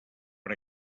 per